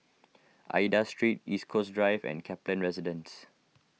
Aida Street East Coast Drive and Kaplan Residence